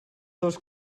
dos